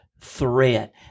threat